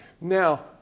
Now